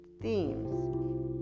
themes